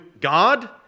God